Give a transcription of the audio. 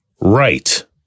right